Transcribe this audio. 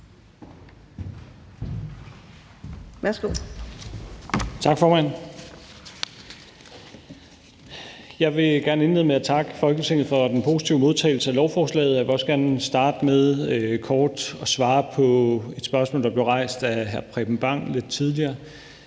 Tak, formand. Jeg vil gerne indlede med at takke Folketinget for den positive modtagelse af lovforslaget. Jeg vil også gerne starte med kort at svare på et spørgsmål, der blev rejst af hr. Preben Bang Henriksen lidt tidligere.